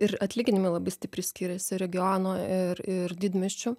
ir atlyginimai labai stipriai skiriasi regiono ir ir didmiesčių